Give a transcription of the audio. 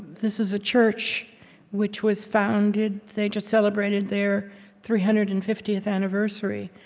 this is a church which was founded they just celebrated their three hundred and fiftieth anniversary.